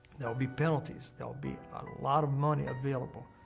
there will be penalties. there will be a lot of money available.